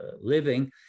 living